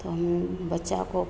तो हम बच्चा को